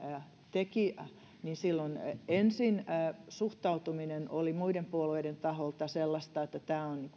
teki niin silloin ensin suhtautuminen oli muiden puolueiden taholta sellaista että tämä on